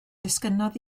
disgynnodd